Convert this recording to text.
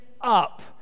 up